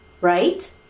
right